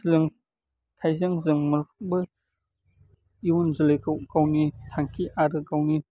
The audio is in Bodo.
सोलोंथाइजों जोङो मोनफ्रोमबो इउन जोलैखौ गावनि थांखि आरो गावनि